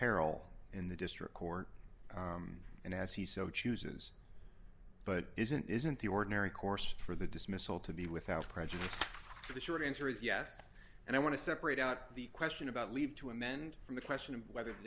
peril in the district court and as he so chooses but isn't isn't the ordinary course for the dismissal to be without prejudice to the short answer is yes and i want to separate out the question about leave to amend from the question of whether